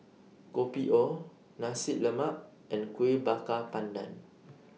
Kopi O Nasi Lemak and Kuih Bakar Pandan